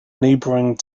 neighboring